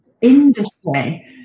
industry